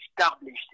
established